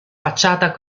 facciata